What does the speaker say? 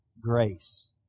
Grace